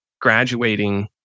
graduating